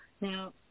Now